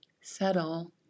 settle